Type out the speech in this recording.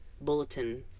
bulletin